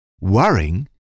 Worrying